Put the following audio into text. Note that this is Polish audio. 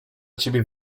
ciebie